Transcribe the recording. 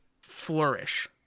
flourish